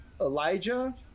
Elijah